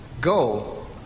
go